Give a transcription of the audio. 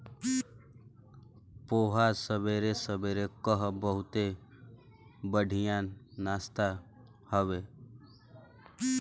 पोहा सबेरे सबेरे कअ बहुते बढ़िया नाश्ता हवे